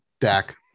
Dak